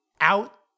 out